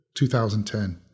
2010